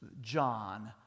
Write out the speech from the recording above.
John